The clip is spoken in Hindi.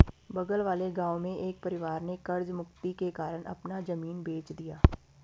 बगल वाले गांव में एक परिवार ने कर्ज मुक्ति के कारण अपना जमीन बेंच दिया